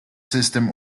system